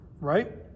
right